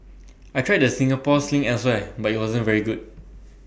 I've tried the Singapore sling elsewhere but IT wasn't very good